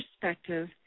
perspective